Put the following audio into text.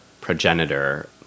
progenitor